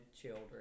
children